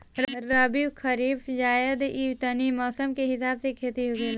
रबी, खरीफ, जायद इ तीन मौसम के हिसाब से खेती होखेला